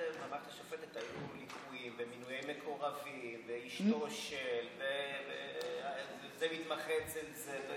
ברמת השופטת היו ליקויים ומינויי מקורבים ואשתו של וזה מתמחה אצל זה.